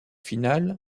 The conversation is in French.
final